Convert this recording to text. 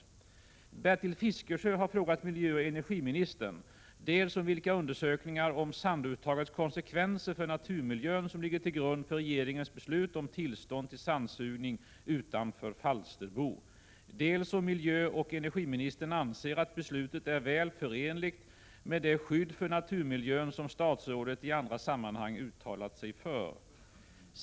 Bertil Fiskesjö har frågat miljöoch energiministern dels om vilka undersökningar om sanduttagets konsekvenser för naturmiljön som ligger till grund för regeringens beslut om tillstånd till sandsugning utanför Falsterbo, dels om miljöoch energiministern anser att beslutet är väl förenligt med det skydd för naturmiljön som statsrådet i andra sammanhang uttalat sig för.